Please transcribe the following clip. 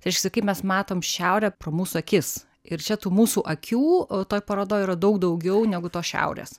tai reiškiasi kaip mes matom šiaurę pro mūsų akis ir čia tų mūsų akių toj parodoj yra daug daugiau negu tos šiaurės